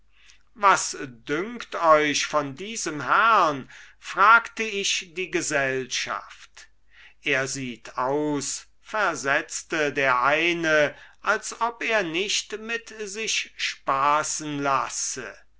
was dünkt euch von diesem herrn fragte ich die gesellschaft er sieht aus versetzte der eine als ob er so nicht mit sich spaßen lasse